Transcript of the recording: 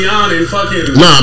Nah